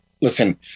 listen